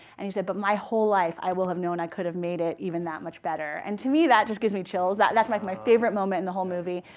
and he said, but my whole life, i will have known i could have made it even that much better. and to me, that just gives me chills. that's like my favorite moment in the whole movie.